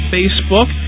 Facebook